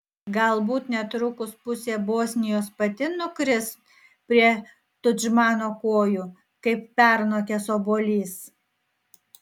galbūt netrukus pusė bosnijos pati nukris prie tudžmano kojų kaip pernokęs obuolys